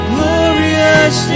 Glorious